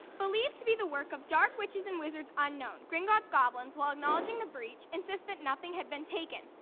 believed to be the work of dark witches and wizards unknown, gringott's goblins, while acknowledging the breach, insist that nothing had been taken.